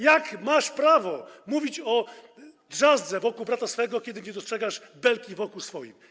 Jak masz prawo mówić o drzazdze w oku brata swego, kiedy nie dostrzegasz belki w oku swoim?